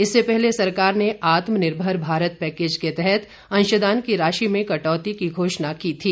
इससे पहले सरकार ने आत्मिनिर्भर भारत पैकेज के तहत अंशदान की राशि में कटौती की घोषणा की थी